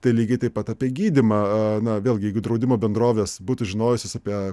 tai lygiai taip pat apie gydymą na vėlgi jeigu draudimo bendrovės būtų žinojusios apie